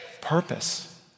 purpose